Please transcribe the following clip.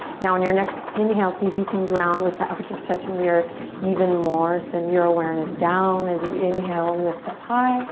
now in your next inhale see if you can ground with the upper just touching the earth even more sand your awareness down as you inhale lift up high